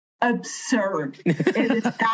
absurd